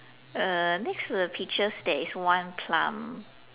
uh next to the pictures there is one plum